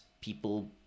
People